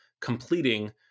completing